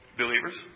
believers